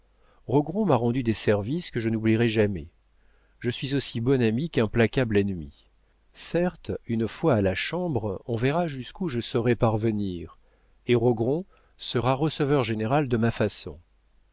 rogron m'a rendu des services que je n'oublierai jamais je suis aussi bon ami qu'implacable ennemi certes une fois à la chambre on verra jusqu'où je saurai parvenir et rogron sera receveur-général de ma façon